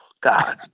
God